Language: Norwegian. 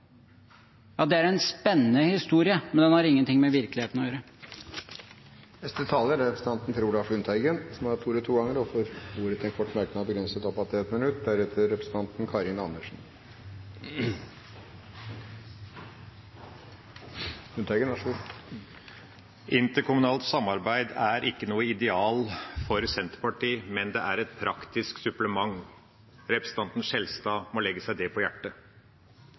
er en spennende historie, men den har ingenting med virkeligheten å gjøre. Representanten Per Olaf Lundteigen har hatt ordet to ganger og får ordet til en kort merknad, begrenset til 1 minutt. Interkommunalt samarbeid er ikke noe ideal for Senterpartiet, men det er et praktisk supplement. Representanten Skjelstad må legge seg det på hjertet.